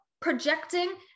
projecting